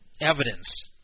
evidence